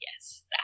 Yes